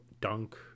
dunk